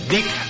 Dick